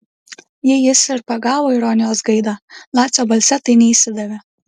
jei jis ir pagavo ironijos gaidą lacio balse tai neišsidavė